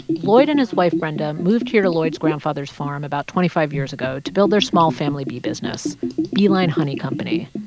lloyd and his wife, brenda, moved here to lloyd's grandfather's farm about twenty five years ago to build their small family bee business beeline honey company.